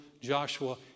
Joshua